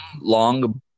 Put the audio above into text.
long